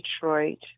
Detroit